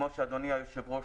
כמו שאדוני היושב-ראש